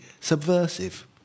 subversive